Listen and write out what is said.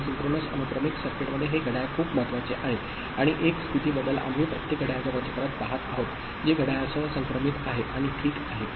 आणि सिंक्रोनस अनुक्रमिक सर्किटमध्ये हे घड्याळ खूप महत्वाचे आहे आणि एक राज्य बदल आम्ही प्रत्येक घड्याळाच्या चक्रात पहात आहोत जे घड्याळासह समक्रमित आहे ठीक आहे